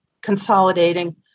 consolidating